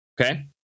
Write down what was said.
okay